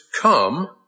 come